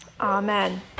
Amen